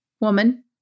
woman